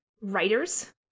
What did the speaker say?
writers